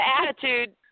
attitude